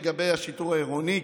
לגבי השיטור העירוני,